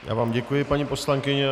Já vám děkuji, paní poslankyně.